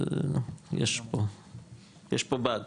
יש פה באג.